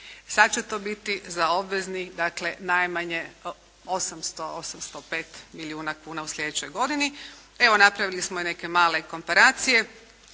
Sad će to biti za obveznih dakle najmanje 800, 805 milijuna kuna u slijedećoj godini. Evo, napravili smo i neke male komparacije.